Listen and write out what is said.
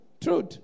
Truth